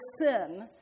sin